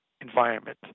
environment